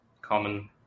common